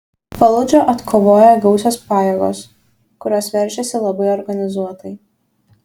faludžą atkovojo gausios pajėgos kurios veržėsi labai organizuotai